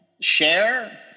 Share